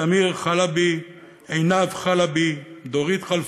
סמיר חלבי, עינב חלבי, דורית חלפון,